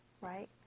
Right